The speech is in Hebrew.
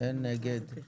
אין נגד.